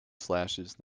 slashes